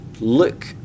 look